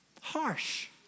harsh